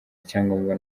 icyangombwa